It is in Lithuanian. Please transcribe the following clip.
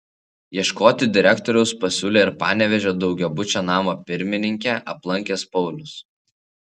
ieškoti direktoriaus pasiūlė ir panevėžio daugiabučio namo pirmininkę aplankęs paulius